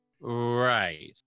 Right